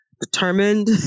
determined